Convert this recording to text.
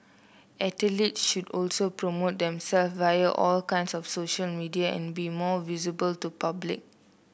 athletes should also promote themself via all kinds of social media and be more visible to public